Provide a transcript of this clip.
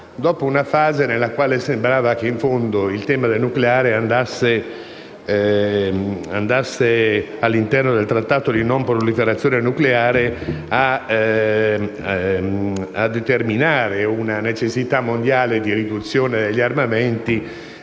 dopo una fase in cui sembrava che il tema del nucleare, in fondo, all'interno del Trattato di non proliferazione nucleare, determinasse una necessità mondiale di riduzione degli armamenti